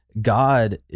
god